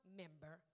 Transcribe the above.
member